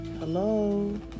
Hello